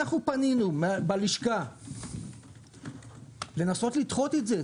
אנחנו פנינו בלשכה לנסות לדחות את זה.